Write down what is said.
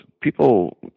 people